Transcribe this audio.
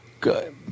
good